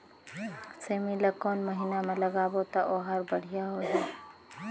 सेमी ला कोन महीना मा लगाबो ता ओहार बढ़िया होही?